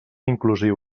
inclusiu